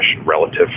relative